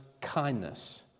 kindness